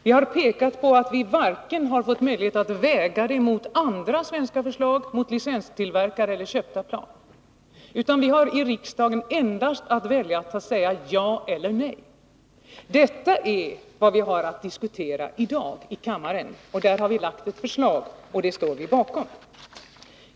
Vi har pekat på att vi inte har fått möjlighet att väga det mot vare sig andra svenska plan eller mot licenstillverkade eller köpta plan. Vi har i riksdagen endast att välja på att säga ja eller nej. Detta är vad vi har att diskutera dag i kammaren. Därvidlag har vi lagt ett förslag, och det står vi bakom.